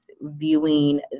viewing